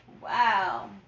Wow